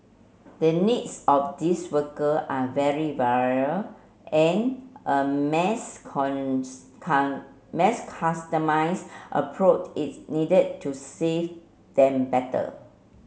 the needs of these worker are very varied and a mass can mass customise approach is needed to serve them better